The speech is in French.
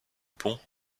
pont